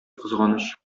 кызганыч